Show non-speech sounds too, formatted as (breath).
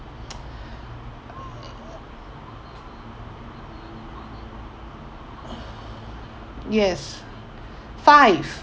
(noise) (breath) (noise) yes (breath) five